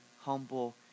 humble